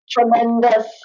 Tremendous